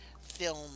film